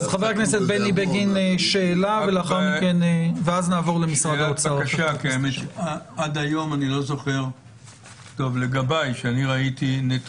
נבקש את הנתונים האלה כבר לדיון ביום